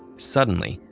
suddenly,